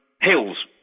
hills